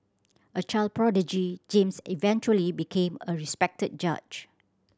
a child prodigy James eventually became a respected judge